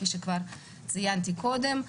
כפי שגם ציינתי קודם.